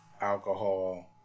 alcohol